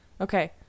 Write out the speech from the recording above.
Okay